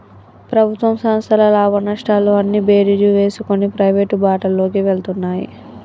ప్రభుత్వ సంస్థల లాభనష్టాలు అన్నీ బేరీజు వేసుకొని ప్రైవేటు బాటలోకి వెళ్తున్నాయి